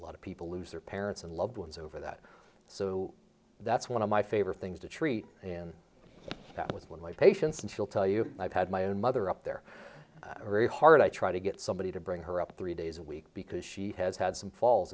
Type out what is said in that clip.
a lot of people lose their parents and loved ones over that so that's one of my favorite things to treat in that was when my patients and she'll tell you i've had my own mother up there are very hard i try to get somebody to bring her up three days a week because she has had some falls